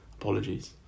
Apologies